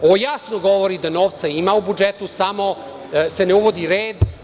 Ovo jasno govori da novca ima u budžetu, samo se ne uvodi red.